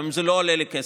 גם אם זה לא עולה לי כסף.